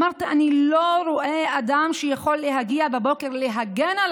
אמרת: אני לא רואה אדם שיכול להגיע בבוקר להגן על